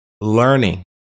learning